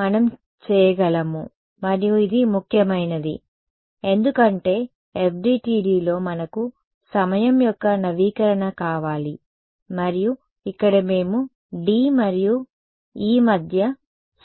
కాబట్టి మనం చేయగలము మరియు ఇది ముఖ్యమైనది ఎందుకంటే FDTDలో మనకు సమయం యొక్క నవీకరణ కావాలి మరియు ఇక్కడ మేము D మరియు E మధ్య